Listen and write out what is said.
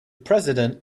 president